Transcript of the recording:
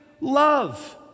love